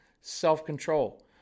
Self-control